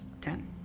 Ten